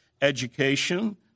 education